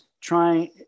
trying